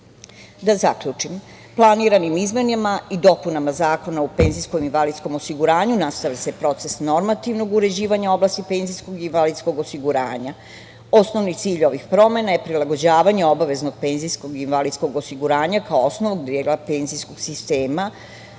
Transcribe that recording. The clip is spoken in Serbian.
zaključim, planiranim izmenama i dopunama Zakona o penzijskom i invalidskom osiguranju nastavlja se proces normativnog uređivanja u oblasti penzijskog i invalidskog osiguranja. Osnovni cilj ovih promena je prilagođavanje obaveznog penzijskog i invalidskog osiguranja, kao osnovnog dela penzijskog sistema,